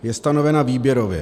Je stanovena výběrově.